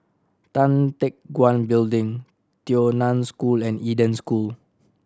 Tan Teck Guan Building Tao Nan School and Eden School